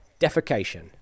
defecation